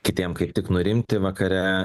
kitiem kaip tik nurimti vakare